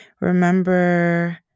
remember